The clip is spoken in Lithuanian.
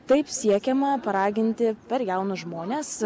taip siekiama paraginti per jaunus žmones